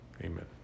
Amen